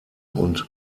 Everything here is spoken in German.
und